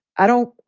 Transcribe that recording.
i don't.